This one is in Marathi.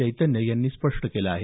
चैतन्य यांनी स्पष्ट केलं आहे